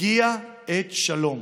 הגיעה עת שלום.